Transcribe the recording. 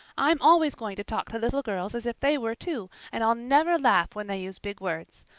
i'm always going to talk to little girls as if they were too, and i'll never laugh when they use big words.